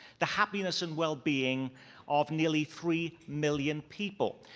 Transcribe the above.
the happiness and well-being of nearly three million people.